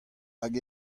hag